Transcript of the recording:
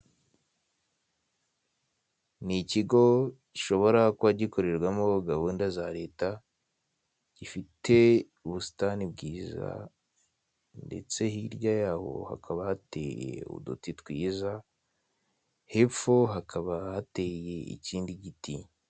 Ni ikigo gishobora kuba gikorerwamo gahunda za leta gifite ubusitani bwiza ndetse hirya yaho hakaba hateye uduti twiza hepfo hakaba hateye ikindi giti.